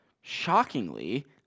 shockingly